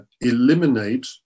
eliminate